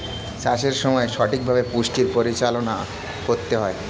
চাষের সময় সঠিকভাবে পুষ্টির পরিচালনা করতে হয়